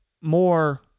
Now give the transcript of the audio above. more